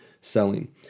selling